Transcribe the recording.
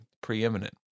preeminent